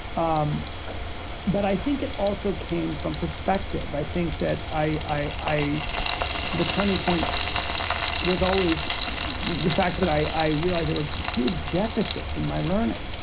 um but i think it also came from perspective. i think that i i the turning point was always the fact that i realized there were huge deficits in my learning.